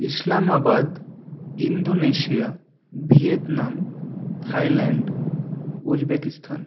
Islamabad Indonesia Vietnam Thailand Uzbekistan